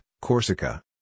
Corsica